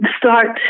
start